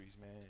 man